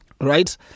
Right